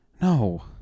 No